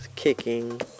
Kicking